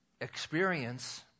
experience